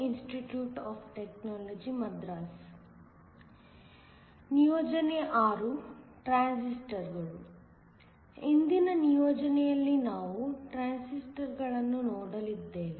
ಇಂದಿನ ನಿಯೋಜನೆಯಲ್ಲಿ ನಾವು ಟ್ರಾನ್ಸಿಸ್ಟರ್ಗಳನ್ನು ನೋಡಲಿದ್ದೇವೆ